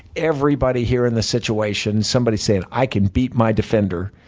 everybody here in the situation, somebody saying, i can beat my defender.